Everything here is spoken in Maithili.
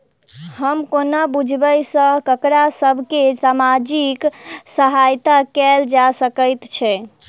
हम कोना बुझबै सँ ककरा सभ केँ सामाजिक सहायता कैल जा सकैत छै?